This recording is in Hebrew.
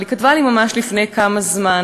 אבל היא כתבה לי ממש לפני כמה זמן